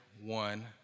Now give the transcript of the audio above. one